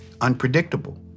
unpredictable